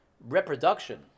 reproduction